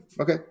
Okay